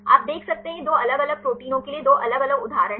आप देख सकते हैं ये 2 अलग अलग प्रोटीनों के लिए 2 अलग अलग उदाहरण हैं